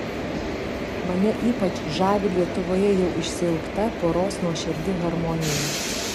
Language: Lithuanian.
mane ypač žavi lietuvoje jau išsiilgta poros nuoširdi harmonija